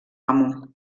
amo